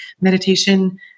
meditation